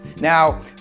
Now